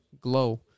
Glow